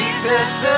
Jesus